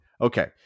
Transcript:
okay